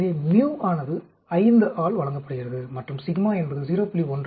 எனவே μ ஆனது 5 ஆல் வழங்கப்படுகிறது மற்றும் என்பது 0